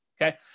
okay